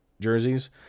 jerseys